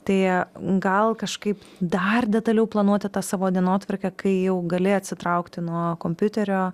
tai gal kažkaip dar detaliau planuoti tą savo dienotvarkę kai jau gali atsitraukti nuo kompiuterio